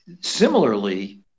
Similarly